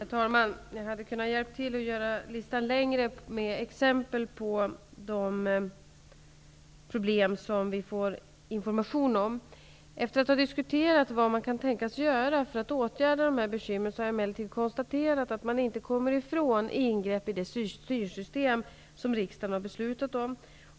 Herr talman! Jag hade kunnat hjälpa till att göra listan längre med exempel på de problem som vi får information om. Efter att ha diskuterat vad man kan tänka sig att göra för att åtgärda dessa problem har jag emellertid konstaterat att vi inte kommer ifrån ingrepp i de styrsystem som riksdagen har beslutat om.